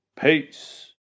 Peace